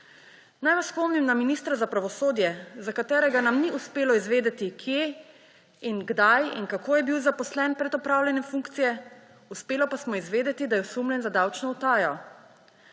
Naj vas spomnim na ministra za pravosodje, za katerega nam ni uspelo izvedeti, kje in kdaj in kako je bil zaposlen pred opravljanjem funkcije, uspeli pa smo izvedeti, da je osumljen za davčno utajo.